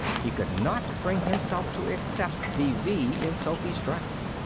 he could not bring himself to accept the v in sophy's dress.